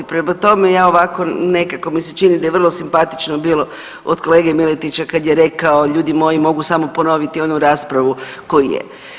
Prema tome, ja ovako nekako mi se čini da je vrlo simpatično bilo od kolege Miletića kada je rekao ljudi moji mogu samo ponoviti onu raspravu koju je.